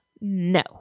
No